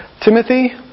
Timothy